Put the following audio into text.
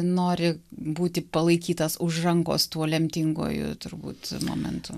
nori būti palaikytas už rankos tuo lemtinguoju turbūt momentu